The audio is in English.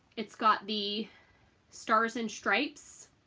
it's got the stars and stripes